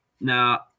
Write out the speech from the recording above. Now